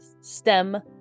stem